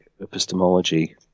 epistemology